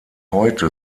heute